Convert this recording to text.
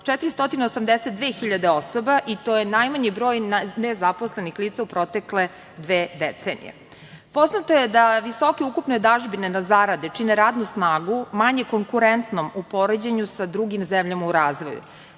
482.000 osoba i to je najmanji broj nezaposlenih lica u protekle dve decenije. Poznato je da visoke ukupne dažbine na zarade čine radnu snagu manje konkurentnom u poređenju sa drugim zemljama u razvoju.